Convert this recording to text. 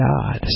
God